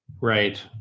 Right